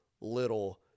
little